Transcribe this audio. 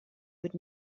would